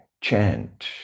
chant